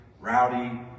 rowdy